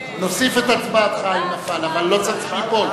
נוסיף את הצבעתך אם נפל, אבל לא צריך ליפול.